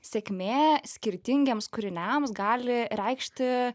sėkmė skirtingiems kūriniams gali reikšti